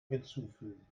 hinzufügen